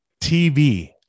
TV